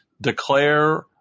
declare